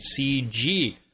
CG